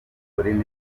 rurimi